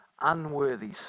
unworthy